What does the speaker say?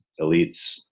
elites